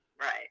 right